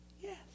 Yes